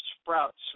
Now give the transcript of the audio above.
sprouts